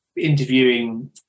interviewing